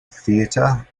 theatre